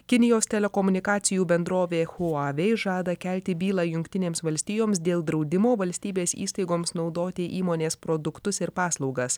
kinijos telekomunikacijų bendrovė huawei žada kelti bylą jungtinėms valstijoms dėl draudimo valstybės įstaigoms naudoti įmonės produktus ir paslaugas